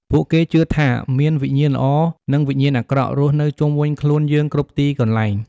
ពួកគេជឿថាមានវិញ្ញាណល្អ និងវិញ្ញាណអាក្រក់រស់នៅជុំវិញខ្លួនយើងគ្រប់ទីកន្លែង។